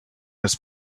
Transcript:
his